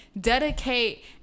dedicate